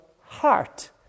heart